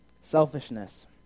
selfishness